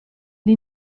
gli